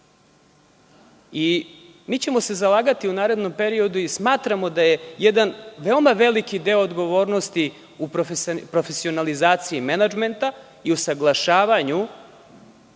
se u narednom periodu i smatramo da je jedan veoma veliki deo odgovornosti u profesionalizaciji menadžmenta i u usaglašavanju